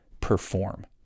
perform